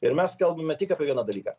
ir mes kalbame tik apie vieną dalyką